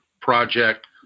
project